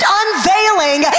unveiling